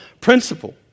principle